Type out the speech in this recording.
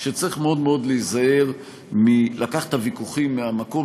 שצריך מאוד מאוד להיזהר מלקחת את הוויכוחים מהמקום